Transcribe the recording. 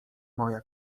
moja